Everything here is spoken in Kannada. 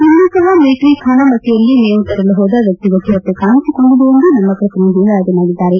ಇಂದು ಸಹ ಮೆಟ್ರ ಖಾನಮಟ್ಟಯಲ್ಲಿ ಮೇವು ತರಲು ಹೋದ ವ್ವಕ್ತಿಗೆ ಚಿರತೆ ಕಾಣಿಸಿಕೊಂಡಿದೆ ಎಂದು ನಮ್ನ ಪ್ರತಿನಿಧಿ ವರದಿ ಮಾಡಿದ್ದಾರೆ